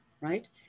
right